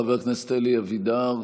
חבר הכנסת אלי אבידר,